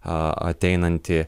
a ateinanti